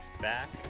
back